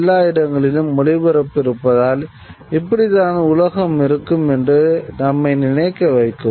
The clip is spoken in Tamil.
எல்லா இடங்களிலும் ஒளிபரப்பு இருப்பதால் இப்படிதான் உலகம் இருக்கும் என்று நம்மை நினைக்க வைக்கும்